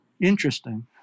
Interesting